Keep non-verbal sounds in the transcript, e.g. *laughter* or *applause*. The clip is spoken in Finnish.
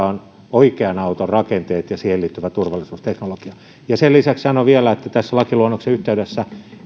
*unintelligible* on oikean auton rakenteet ja siihen liittyvä turvallisuusteknologia ja sen lisäksi sanon vielä että tässä lakiluonnoksen yhteydessä